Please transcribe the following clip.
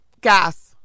gas